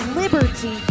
liberty